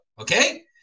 okay